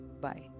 Bye